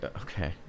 Okay